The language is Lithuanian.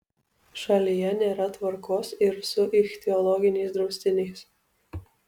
šalyje nėra tvarkos ir su ichtiologiniais draustiniais